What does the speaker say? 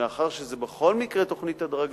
מאחר שזו בכל מקרה תוכנית הדרגתית,